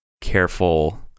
careful